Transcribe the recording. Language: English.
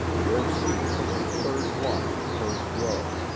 your seat is the third one in the first row.